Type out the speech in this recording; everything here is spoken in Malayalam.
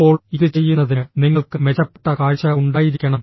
ഇപ്പോൾ ഇത് ചെയ്യുന്നതിന് നിങ്ങൾക്ക് മെച്ചപ്പെട്ട കാഴ്ച ഉണ്ടായിരിക്കണം